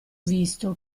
visto